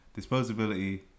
disposability